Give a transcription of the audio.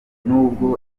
n’ubwo